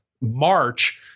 March